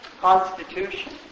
Constitution